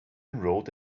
enrolled